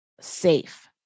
safe